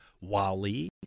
Wally